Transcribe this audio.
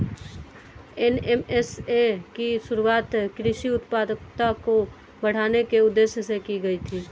NMSA की शुरुआत कृषि उत्पादकता को बढ़ाने के उदेश्य से की गई थी